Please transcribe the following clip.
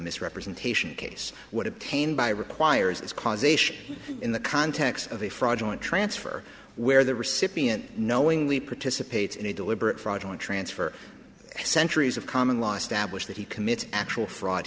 misrepresentation case would obtain by requires its causation in the context of a fraudulent transfer where the recipient knowingly participates in a deliberate fraudulent transfer centuries of common law established that he commits actual fraud